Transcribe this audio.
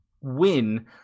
win